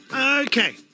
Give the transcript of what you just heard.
Okay